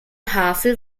havel